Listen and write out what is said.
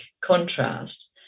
contrast